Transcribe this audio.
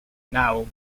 now